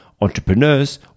entrepreneurs